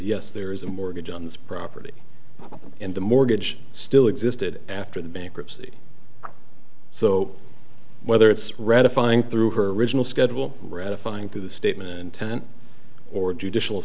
yes there is a mortgage on this property and the mortgage still existed after the bankruptcy so whether it's ratifying through her original schedule ratifying through the statement intent or judicial